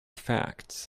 facts